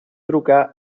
trucar